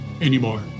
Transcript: anymore